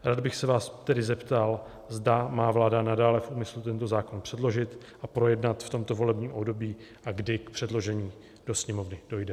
Rád bych se vás tedy zeptal, zda má vláda nadále v úmyslu tento zákon předložit a projednat v tomto volebním období a kdy k předložení do Sněmovny dojde.